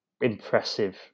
impressive